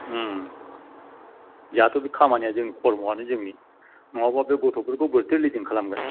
जोहाथ' बे खामानिया कर्मयानो जोंनि नङाबा बे गथ'फोरखौ बोरैथो लिडिं खालामगोन